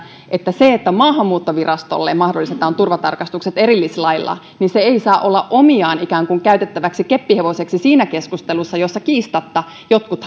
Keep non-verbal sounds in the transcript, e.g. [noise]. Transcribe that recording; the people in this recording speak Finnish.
että se että maahanmuuttovirastolle mahdollistetaan turvatarkastukset erillislailla ei saa olla omiaan ikään kuin käytettäväksi keppihevoseksi siinä keskustelussa jossa kiistatta jotkut [unintelligible]